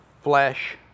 flesh